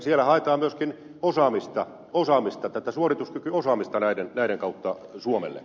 siellä haetaan myöskin suorituskykyosaamista näiden kautta suomelle